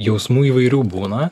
jausmų įvairių būna